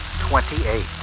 twenty-eight